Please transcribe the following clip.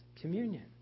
Communion